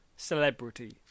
Celebrity